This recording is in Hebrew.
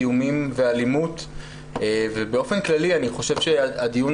איומים ואלימות ובאופן כללי אני חושב שהדיון